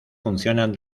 funcionan